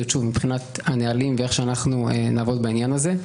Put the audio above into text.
מבחינת הנהלים ואיך שאנחנו נעבוד בעניין הזה.